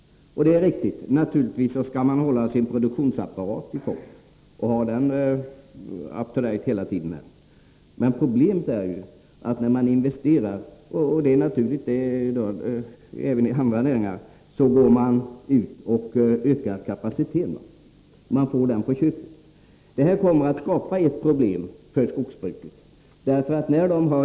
Och det är riktigt. Naturligtvis skall man hålla sin produktionsapparat i form och ha den up to date hela tiden. Men problemet är ju att när man investerar — och det gäller naturligtvis även andra näringar — så ökar kapaciteten. Den får man på köpet. Det kommer att skapa ett problem för skogsbruket.